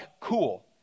cool